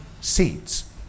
seats